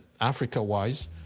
Africa-wise